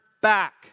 back